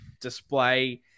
display